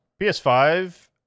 PS5